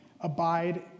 abide